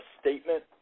statement